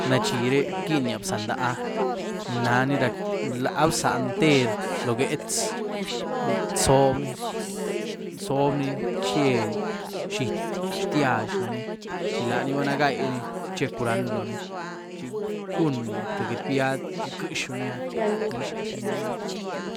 Na zhi reh bquinyiá bza mda, nani rac, rlaa bza ntér lo gyuetz, zobní-zobní, cheh zhíëty, xtyíazh loní, chi laní bana gyainí chi che curran loní chi cun tïë get biad iquëzhuni, nizhaz ni miu.